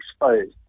exposed